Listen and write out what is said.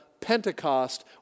Pentecost